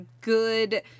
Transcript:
good